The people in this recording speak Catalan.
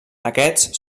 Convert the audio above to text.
aquests